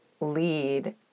lead